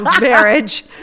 marriage